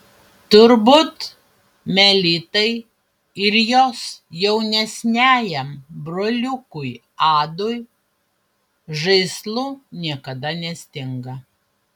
turbūt melitai ir jos jaunesniajam broliukui adui žaislų niekada nestinga